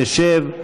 תשב.